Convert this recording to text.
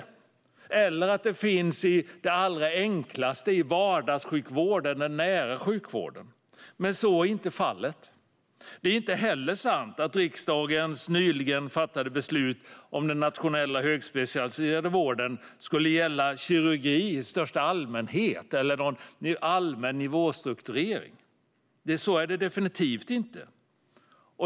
Eller man kan tro att det finns i det allra enklaste, i vardagssjukvården och den nära sjukvården. Men så är inte fallet. Det är inte heller sant att riksdagens nyligen fattade beslut om den nationella högspecialiserade vården skulle gälla kirurgi i största allmänhet eller någon allmän nivåstrukturering. Så är det definitivt inte.